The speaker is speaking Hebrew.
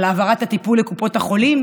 על העברת הטיפול לקופות החולים